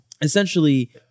Essentially